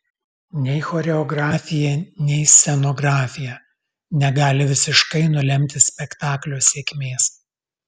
nei choreografija nei scenografija negali visiškai nulemti spektaklio sėkmės